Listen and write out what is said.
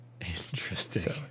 interesting